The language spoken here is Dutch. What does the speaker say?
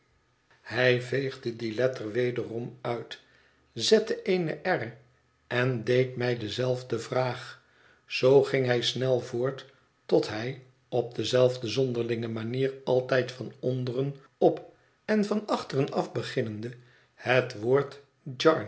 hij veegde die letter wederom uit zette eene r en deed mij dezelfde vraag zoo ging hij snel voort tot hij op dezelfde zonderlinge manier altijd van onderen op en van achteren af beginnende het woord